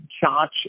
charge